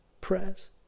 prayers